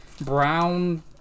Brown